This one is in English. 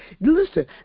Listen